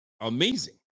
amazing